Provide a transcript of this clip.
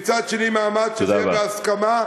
ומצד אחר מאמץ שזה יהיה בהסכמה.